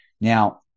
Now